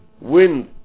wind